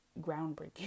groundbreaking